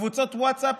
בקבוצות הווטסאפ